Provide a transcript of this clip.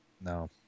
No